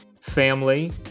family